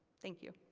thank you.